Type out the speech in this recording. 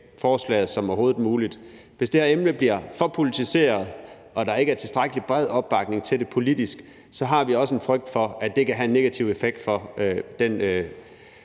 forslaget som overhovedet muligt. Hvis det her emne bliver for politiseret og der ikke er tilstrækkelig bred opbakning til det politisk, har vi en frygt for, at det kan have en negativ effekt,